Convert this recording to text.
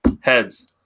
Heads